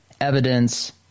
evidence